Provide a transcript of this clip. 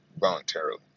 voluntarily